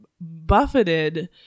buffeted